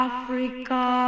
Africa